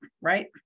right